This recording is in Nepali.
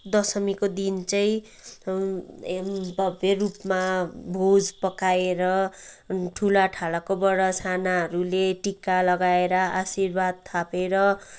दशमीको दिन चाहिँ भव्य रूपमा भोज पकाएर ठुलाठालाकोबाट सानाहरूले टिका लगाएर आशीर्वाद थापेर